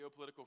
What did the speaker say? geopolitical